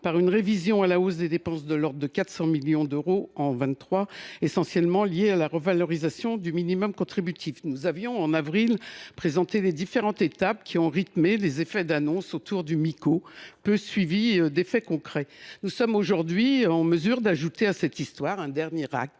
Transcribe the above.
par une révision à la hausse des dépenses de l’ordre de 400 millions d’euros en 2023, essentiellement liée à la revalorisation du minimum contributif (Mico). Nous avions, en avril, présenté les différentes étapes qui ont rythmé les effets d’annonces autour du Mico, peu suivis d’effets concrets. Nous sommes aujourd’hui en mesure d’ajouter à cette histoire un dernier acte.